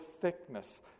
thickness